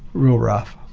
real rough.